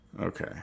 Okay